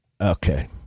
Okay